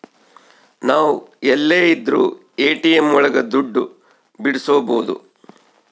ನಾವ್ ಎಲ್ಲೆ ಇದ್ರೂ ಎ.ಟಿ.ಎಂ ಒಳಗ ದುಡ್ಡು ಬಿಡ್ಸ್ಕೊಬೋದು